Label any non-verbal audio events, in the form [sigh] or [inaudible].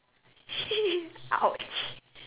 [laughs] !ouch!